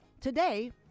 Today